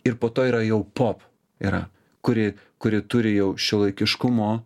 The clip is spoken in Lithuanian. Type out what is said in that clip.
ir po to yra jau pop yra kuri kuri turi jau šiuolaikiškumo